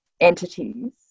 entities